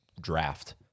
draft